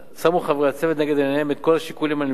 שמו חברי הצוות לנגד עיניהם את כל השיקולים הנלווים,